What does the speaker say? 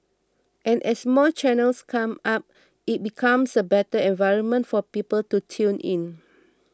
and as more channels come up it becomes a better environment for people to tune in